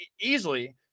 easily